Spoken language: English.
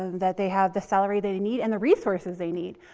that they have the salary they need, and the resources they need.